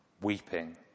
weeping